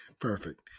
perfect